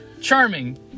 charming